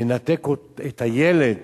לנתק את הילד